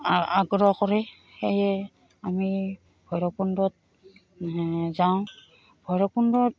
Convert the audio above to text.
আগ্ৰহ কৰে সেয়ে আমি ভৈৰৱকুণ্ডত যাওঁ ভৈৰকুণ্ডত